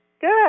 Good